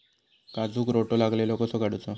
काजूक रोटो लागलेलो कसो काडूचो?